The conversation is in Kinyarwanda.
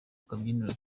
kabyiniro